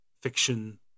fiction